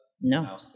No